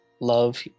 love